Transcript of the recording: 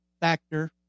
factor